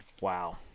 Wow